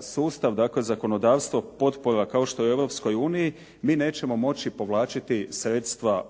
sustav dakle zakonodavstvo potpora kao što je u Europskoj uniji, mi nećemo moći povlačiti sredstva potpore